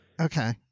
Okay